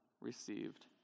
received